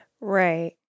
Right